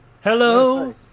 Hello